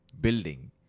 building